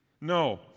No